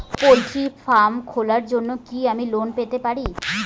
Poultry farm খোলার জন্য কি আমি লোন পেতে পারি?